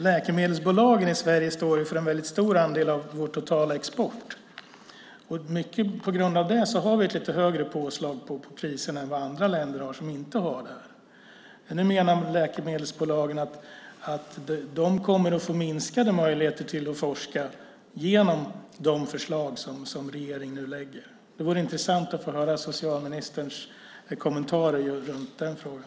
Läkemedelsbolagen i Sverige står för en väldigt stor andel av vår totala export. Mycket på grund av detta har vi ett lite högre påslag på priserna än vad andra länder har. Nu menar läkemedelsbolagen att de kommer att få minskade möjligheter att forska genom de förslag som regeringen lägger fram. Det vore intressant att få höra socialministerns kommentarer i den frågan.